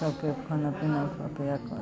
सभके खाना पीना खुआ पियाके